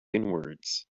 inwards